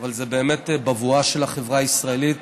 אבל זו באמת בבואה של החברה הישראלית,